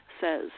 says